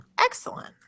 excellent